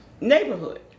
neighborhood